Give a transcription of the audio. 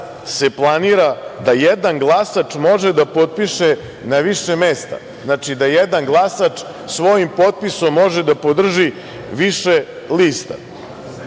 se planira da jedan glasač može da potpiše na više mesta. Znači da jedan glasač svojim potpisom može da podrži više lista.